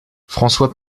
françois